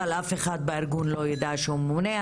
אבל אף אחד בארגון לא יידע שהוא ממונה.